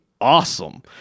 awesome